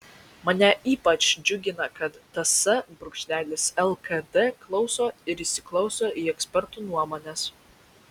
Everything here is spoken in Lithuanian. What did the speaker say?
mane ypač džiugina kad ts lkd klauso ir įsiklauso į ekspertų nuomones